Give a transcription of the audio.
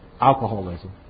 alcoholism